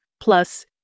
plus